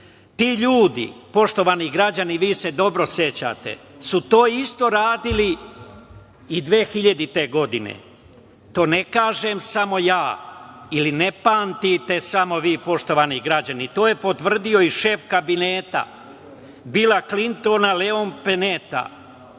Ti ljudi, poštovani građani, vi se dobro sećate, su to isto radili i 200. godine. To ne kažem samo ja ili ne pamtite samo vi, poštovani građani, to je potvrdio i šef kabineta Bila Klintona, Leon Peneta.